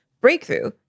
breakthrough